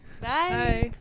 bye